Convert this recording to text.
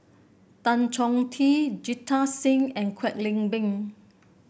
Tan Chong Tee Jita Singh and Kwek Leng Beng